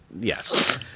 Yes